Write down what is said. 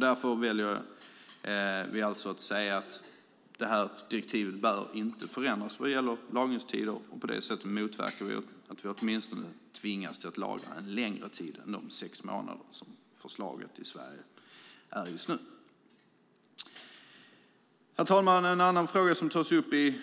Därför väljer vi att säga att direktivet inte bör förändras vad gäller lagringstider. På detta sätt motverkar vi åtminstone att vi tvingas till att lagra längre än de sex månader som föreslås i Sverige. Herr talman! En annan fråga som tas upp i